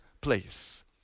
place